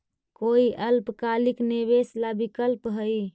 कोई अल्पकालिक निवेश ला विकल्प हई?